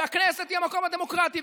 הכנסת היא המקום הדמוקרטי.